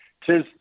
Tis